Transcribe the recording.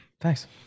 thanks